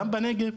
גם בגב,